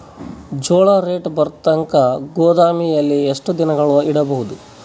ಜೋಳ ರೇಟು ಬರತಂಕ ಗೋದಾಮಿನಲ್ಲಿ ಎಷ್ಟು ದಿನಗಳು ಯಿಡಬಹುದು?